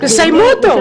תסיימו אותו.